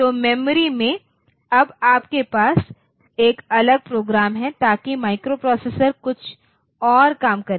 तो मेमोरी में अब आपके पास एक अलग प्रोग्राम है ताकि माइक्रोप्रोसेसर कुछ और काम करे